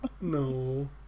No